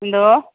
എന്തോ